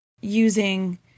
using